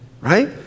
Right